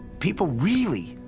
people really,